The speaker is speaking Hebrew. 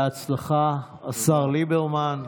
בהצלחה, השר ליברמן.